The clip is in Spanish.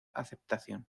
aceptación